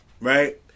right